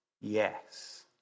Yes